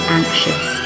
anxious